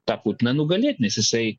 tą putiną nugalėti nes jisai